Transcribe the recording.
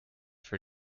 for